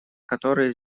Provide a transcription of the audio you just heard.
которые